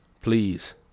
Please